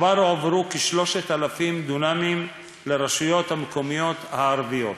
כבר הועברו כ-3,000 דונמים לרשויות המקומיות הערביות.